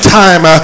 time